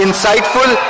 Insightful